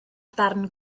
darn